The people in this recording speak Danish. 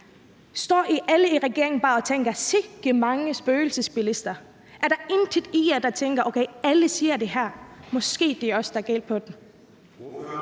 bare alle i regeringen og tænker: Sikke mange spøgelsesbilister der er? Er der intet i jer, der tænker: Okay, alle siger det her; måske er det os, der er galt på den?